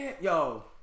yo